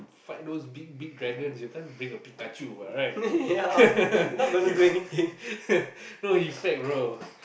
fight those big big dragons you can't bring a Pikachu what right no you swag bro